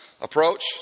approach